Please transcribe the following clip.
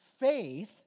faith